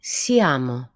siamo